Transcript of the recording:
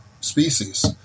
species